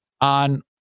on